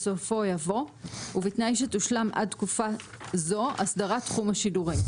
בסופו יבוא 'ובתנאי שתושלם עד תקופה זו הסדרת תחום השידורים'.